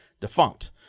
defunct